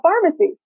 pharmacy